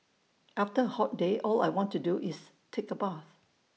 after A hot day all I want to do is take A bath